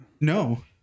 No